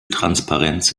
transparenz